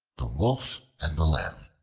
the wolf and the lamb